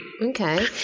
Okay